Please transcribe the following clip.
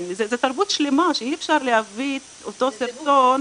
זו תרבות שלמה ואי אפשר להביא את אותו סרטון,